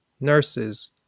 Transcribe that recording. nurses